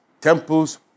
temples